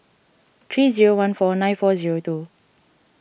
three zero one four nine four zero two